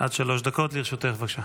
עד שלוש דקות לרשותך, בבקשה.